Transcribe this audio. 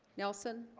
nelson